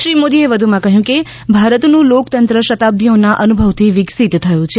શ્રી મોદીએ વધુમાં કહ્યું કે ભારતનું લોકતંત્ર શતાબ્દીઓના અનુભવથી વિકસિત થયું છે